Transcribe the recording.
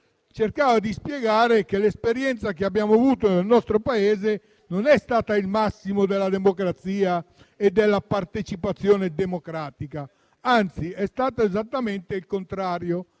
cercava di spiegare che l'esperienza che abbiamo avuto nel nostro Paese in tal senso non è stata il massimo della democrazia e della partecipazione democratica; anzi, è stata esattamente il contrario.